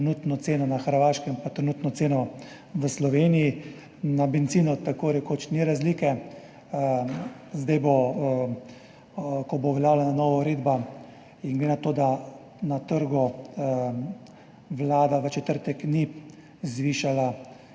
trenutno ceno na Hrvaškem in trenutno ceno v Sloveniji. Pri bencinu tako rekoč ni razlike. Ko bo uveljavljena nova uredba, in glede na to, da na trgu Vlada v četrtek ni zvišala